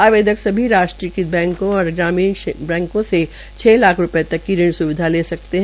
आवेदक सभी राष्ट्रीय बैंकों और क्षेत्रीय ग्रामीण बैंकों से छ लाख रूपये तक के ऋण सुविधा ले सकते है